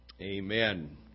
Amen